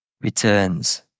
returns